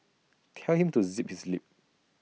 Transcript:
tell him to zip his lip